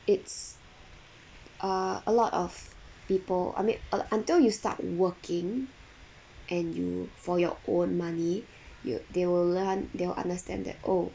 it's uh a lot of people I mean until you start working and you for your own money you they will learn they'll understand that oh